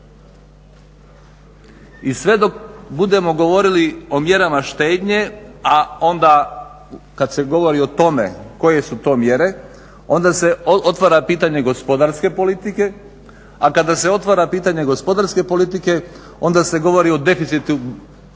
I sve dok budemo govorili o mjerama štednje a onda kada se govori o tome koje su to mjere onda se otvara pitanje gospodarske politike. A kada se otvara pitanje gospodarske politike onda se govori o deficitu